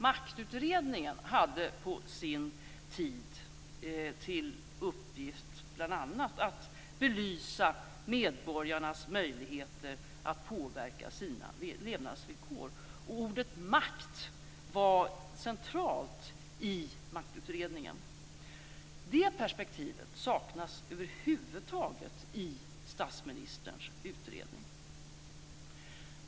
Maktutredningen hade på sin tid bl.a. till uppgift att belysa medborgarnas möjligheter att påverka sina levnadsvillkor. Ordet makt var centralt i Maktutredningen. Det perspektivet saknas helt i statsministerns utredning.